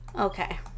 Okay